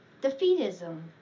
defeatism